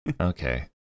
Okay